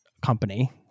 Company